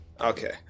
Okay